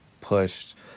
pushed